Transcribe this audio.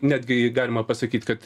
netgi galima pasakyt kad